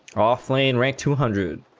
trough wainwright two hundred